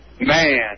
Man